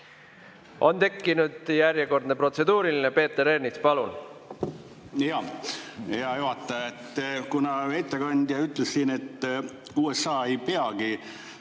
On tekkinud järjekordne protseduuriline. Peeter Ernits, palun! Jaa, hea juhataja! Kuna ettekandja ütles, et USA ei peagi